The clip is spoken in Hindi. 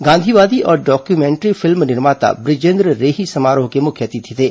गांधीवादी और डॉक्यूमेंट्री फिल्म निर्माता ब्रिजेन्द्र रेही समारोह के मुख्य अतिथि थे